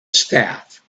staff